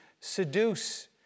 seduce